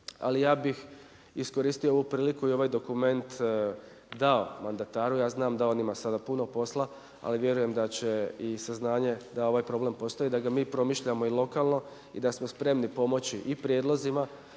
Ali ja bih iskoristio ovu priliku i ovaj dokument dao mandataru, ja znam da on ima sada puno posla ali vjerujem da će i saznanje da ovaj problem postoji i da ga mi promišljamo i lokalno i da smo spremni pomoći i prijedlozima